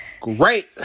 Great